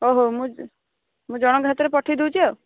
ହଉ ହଉ ମୁଁ ଜଣଙ୍କ ହାତରେ ପଠାଇଦେଉଛି ଆଉ